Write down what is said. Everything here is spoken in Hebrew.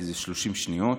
כי זה 30 שניות,